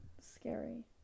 Scary